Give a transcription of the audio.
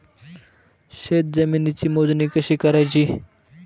शेत जमिनीची मोजणी कशी करायची?